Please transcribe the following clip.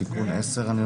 תיקון תקנה 7"